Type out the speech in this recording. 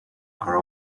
are